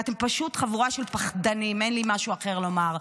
ואתם פשוט חבורה של פחדנים, אין לי משהו אחר לומר.